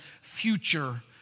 future